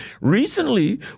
Recently